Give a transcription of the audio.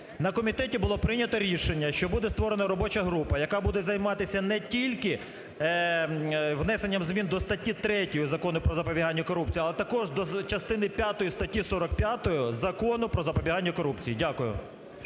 на комітеті було прийнято рішення, що буде створена робоча група, яка буде займатися не тільки внесенням змін до статті 3 Закону про запобіганню корупції. А також до частини п'ятої статті 45 Закону "Про запобіганню корупції". Дякую.